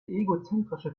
egozentrische